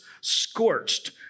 scorched